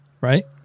right